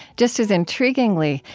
just as intriguingly,